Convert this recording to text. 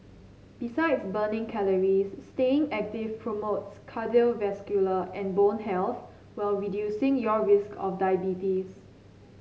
besides burning calories staying active promotes cardiovascular and bone health while reducing your risk of diabetes